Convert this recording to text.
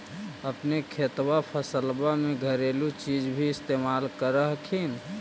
अपने खेतबा फसल्बा मे घरेलू चीज भी इस्तेमल कर हखिन?